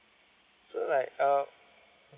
so like uh